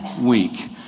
week